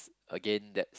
again that's